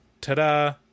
ta-da